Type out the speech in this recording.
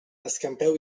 escampeu